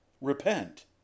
Repent